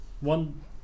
one